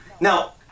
Now